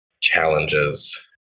challenges